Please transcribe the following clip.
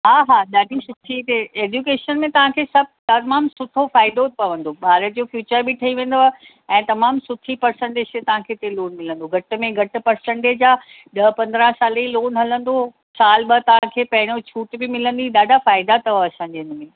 हा हा ॾाढी सुठी हिकु एजुकेशन में तव्हांखे सभु तमामु सुठो फ़ाइदो पवंदो ॿारु जो फ्यूचर बि ठही वेंदव ऐं तमामु सुठी पर्सेंटेज ते तव्हांखे हिते लोन मिलंदो घटि में घटि पर्सेंटेज आहे ॾह पंदरहां साल जी लोन हलंदो साल ॿ साल पहिरियों छूट बि मिलंदी ॾाढा फ़ाइदा अथव असांजे हिनमें